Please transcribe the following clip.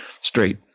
straight